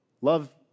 Love